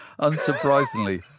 Unsurprisingly